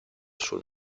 sul